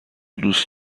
دوست